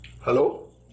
Hello